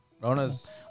Rona's